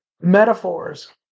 metaphors